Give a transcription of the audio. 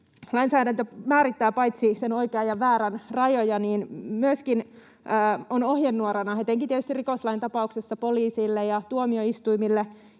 Lainsäädäntö paitsi määrittää oikean ja väärän rajoja on myöskin ohjenuorana tietysti etenkin rikoslain tapauksessa poliisille ja tuomioistuimille